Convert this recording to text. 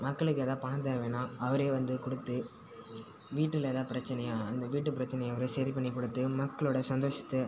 மக்களுக்கு ஏதா பணம் தேவைனா அவர் வந்து கொடுத்து வீட்டில் ஏதா பிரச்சனையாக அந்த வீட்டுப் பிரச்சனையை அவர் சரி பண்ணிக் கொடுத்து மக்களோட சந்தோஷத்தை